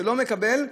שלא מקבל,